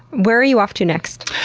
where are you off to next?